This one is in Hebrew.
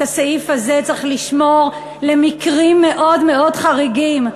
אני אומרת שאת הסעיף הזה צריך לשמור למקרים מאוד-מאוד חריגים.